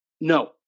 no